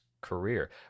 career